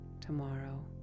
tomorrow